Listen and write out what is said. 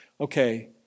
okay